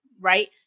right